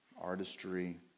artistry